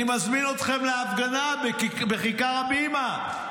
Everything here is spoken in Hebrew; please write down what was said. אני מזמין אתכם להפגנה בכיכר הבימה,